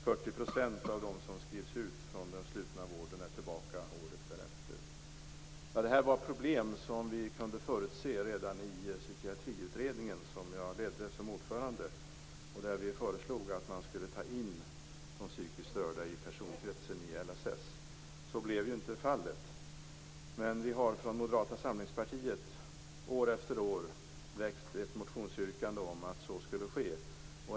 40 % av dem som skrivs ut från den slutna vården är tillbaka året därefter. Detta är problem som vi kunde förutse redan i Psykiatriutredningen, som jag ledde som ordförande. Vi föreslog att man skulle ta in de psykiskt störda i personkretsen i LSS. Så blev inte fallet, men vi har från Moderata samlingspartiet år efter år väckt ett motionsyrkande om att så skall ske.